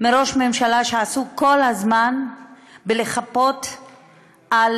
מראש ממשלה שעסוק כל הזמן בלחפות על